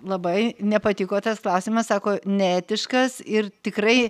labai nepatiko tas klausimas sako neetiškas ir tikrai